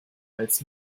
als